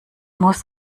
muss